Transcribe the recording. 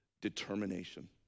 determination